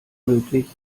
möglich